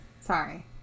Sorry